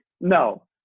no